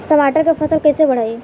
टमाटर के फ़सल कैसे बढ़ाई?